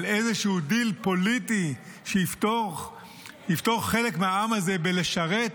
איזשהו דיל פוליטי שיפטור חלק מהעם הזה מלשרת?